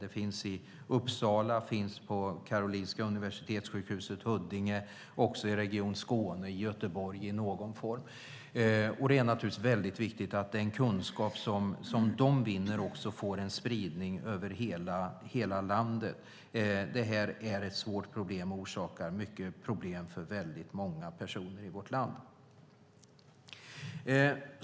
De finns i Uppsala, på Karolinska universitetssjukhuset och i Huddinge, och även i Region Skåne och Göteborg i någon form. Det är naturligtvis väldigt viktigt att den kunskap som de vinner också får en spridning över hela landet. Detta är ett svårt problem och orsakar mycket problem för många personer i vårt land.